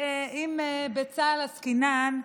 אם בצה"ל עסקינן,